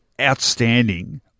outstanding